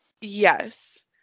Yes